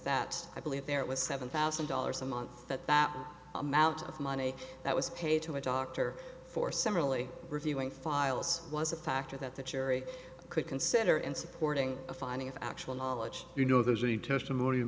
that i believe there was seven thousand dollars a month that that amount of money that was paid to a doctor for some really reviewing files was a factor that the jury could consider in supporting a finding of actual knowledge you know there's a testimony